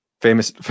Famous